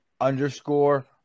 underscore